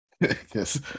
yes